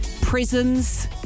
prisons